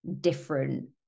different